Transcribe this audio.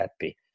happy